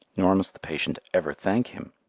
nor must the patient ever thank him,